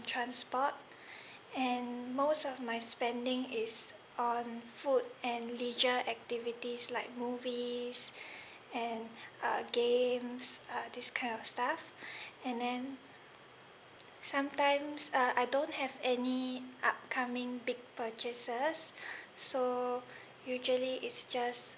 transport and most of my spending is on food and leisure activities like movies and uh games uh this kind of stuff and then sometimes uh I don't have any upcoming big purchases so usually it's just